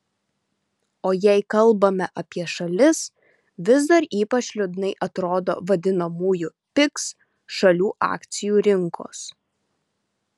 o jei kalbame apie šalis vis dar ypač liūdnai atrodo vadinamųjų pigs šalių akcijų rinkos